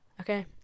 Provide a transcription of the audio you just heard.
Okay